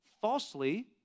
falsely